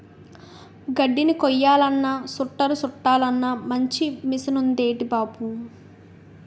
గడ్దిని కొయ్యాలన్నా సుట్టలు సుట్టలన్నా మంచి మిసనుందేటి బాబూ